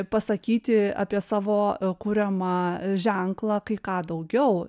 pasakyti apie savo kuriamą ženklą kai ką daugiau